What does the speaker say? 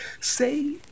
say